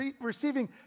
receiving